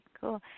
cool